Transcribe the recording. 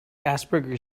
asperger